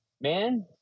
man